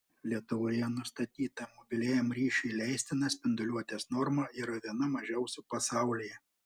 lietuvoje nustatyta mobiliajam ryšiui leistina spinduliuotės norma yra viena mažiausių pasaulyje